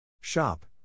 Shop